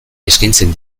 eskaintzen